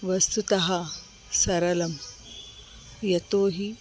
वस्तुतः सरलं यतो हि